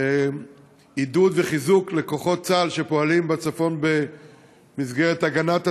עידוד וחיזוק לכוחות צה"ל שפועלים בצפון במסגרת הגנת הצפון,